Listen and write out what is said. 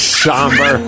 somber